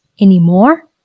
anymore